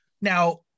Now